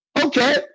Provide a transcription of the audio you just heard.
Okay